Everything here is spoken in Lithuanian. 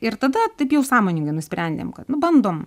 ir tada taip jau sąmoningai nusprendėm kad nu bandom